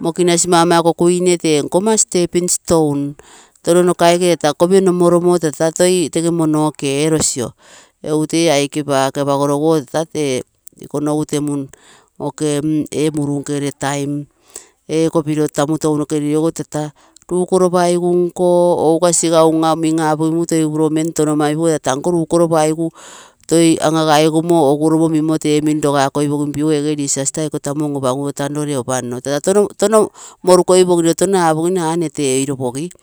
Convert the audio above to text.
mokinas mama kokuine tee ligoma stepping stone tono nokaike nee taa kopiro nomoromo taa toi tege mimo noke erosio egu tee aike pake apagoroguogo toi tata tee ikonogu oke ee muruu nkegere taim ee kopiroo tamu tounoke limoi ogo taa rukoro paigan koo ouga siga ungaa apogigui toi minomem touno minomaigu ogoo taata tanko rukoro paigu toi an agai gome mimo tee mim rogakoi pogigu tegee disaster ikoo tamu om opamguo tono apogino nne tee oiropogi